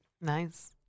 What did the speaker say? Nice